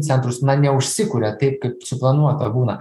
centrus na neužsikuria taip kaip suplanuota būna